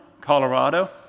Colorado